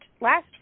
last